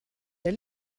der